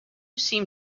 seem